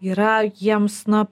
yra jiems na